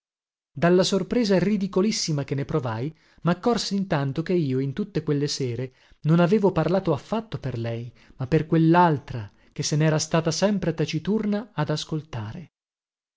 dalla sorpresa ridicolissima che ne provai maccorsi intanto che io in tutte quelle sere non avevo parlato affatto per lei ma per quellaltra che se nera stata sempre taciturna ad ascoltare